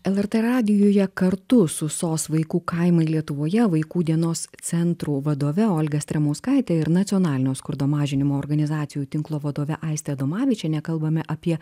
lrt radijuje kartu su sos vaikų kaimai lietuvoje vaikų dienos centrų vadove olga stremauskaite ir nacionalinio skurdo mažinimo organizacijų tinklo vadove aiste adomavičiene kalbame apie